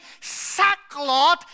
sackcloth